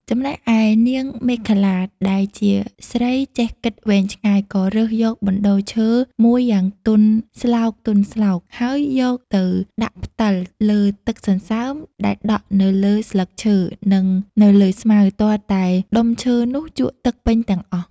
ចំណែកឯនាងមេខលា ដែលជាស្រីចេះគិតវែងឆ្ងាយក៏រើសយកបណ្តូលឈើមួយយ៉ាងទន់ស្លោកៗ ហើយយកទៅដាក់ផ្ដិលលើទឹកសន្សើមដែលដក់នៅលើស្លឹកឈើ នឹងនៅលើស្មៅ ទាល់តែដុំឈើនោះជក់ទឹកពេញទាំងអស់។